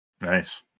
Nice